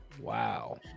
Wow